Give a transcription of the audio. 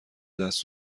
دست